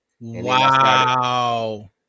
Wow